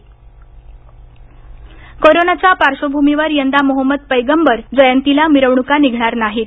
ईद कोरोनाच्या पार्श्वठभ्रमीवर यंदा मोहम्मद पैगंबर जयंतीला मिरवण्का निघणार नाहीत